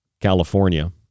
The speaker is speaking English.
California